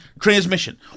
transmission